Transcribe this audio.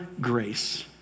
grace